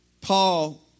Paul